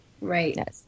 Right